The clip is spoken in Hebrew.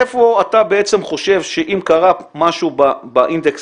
איפה אתה חושב שאם קרה משהו באינדקס